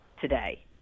today